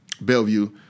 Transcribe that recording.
Bellevue